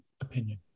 opinion